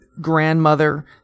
grandmother